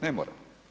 Ne mora.